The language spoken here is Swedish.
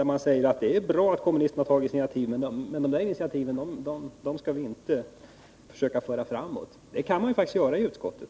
Ni säger att det är bra att kommunisterna har tagit initiativ, men de initiativen vill ni inte försöka föra framåt. Det kan man faktiskt göra i utskottet.